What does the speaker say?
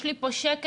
יש לי פה שקף,